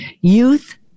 Youth